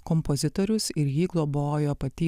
kompozitorius ir jį globojo pati